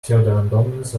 pseudorandomness